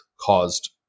caused